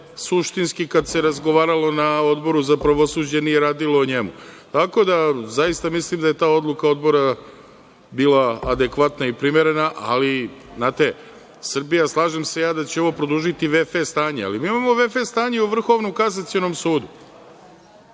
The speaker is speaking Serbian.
suštinski kada se razgovaralo na Odboru za pravosuđe nije radilo o njemu. Zaista mislim da je ta odluka Odbora bila adekvatna i primerena, ali Srbija, slažem se ja da će ovo produžiti v.f. stanje, ali mi imamo v.f. stanje u Vrhovnom kasacionom sudu.